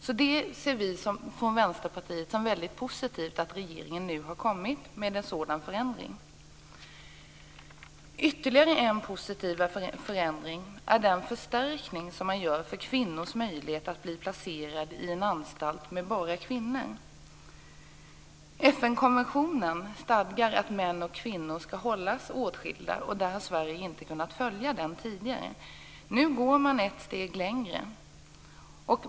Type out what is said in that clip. Vi från Vänsterpartiet ser det alltså som väldigt positivt att regeringen nu har kommit med en sådan förändring. Ytterligare en positiv förändring är den förstärkning som man gör när det gäller kvinnors möjligheter att bli placerade i en anstalt med bara kvinnor. FN konventionen stadgar att män och kvinnor skall hållas åtskilda. Sverige har inte tidigare kunnat följa den. Nu går man ett steg längre.